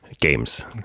games